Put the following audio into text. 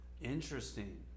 Interesting